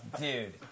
dude